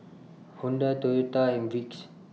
Honda Toyota and Vicks